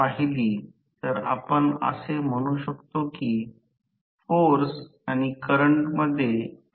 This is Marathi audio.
जर आकृती पाहिली तर हे PG 3 फेज पॉवर आहे PG 3 म्हणजे पॉवर फेज